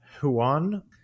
Huan